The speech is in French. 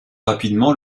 rapidement